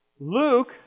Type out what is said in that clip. Luke